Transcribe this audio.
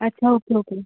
अच्छा okay okay